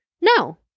No